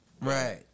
Right